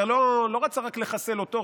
ולא רצה רק לחסל אותו,